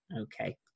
okay